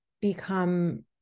become